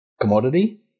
commodity